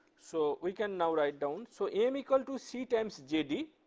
so, we can now write down so m equal to c times jd